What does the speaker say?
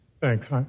Thanks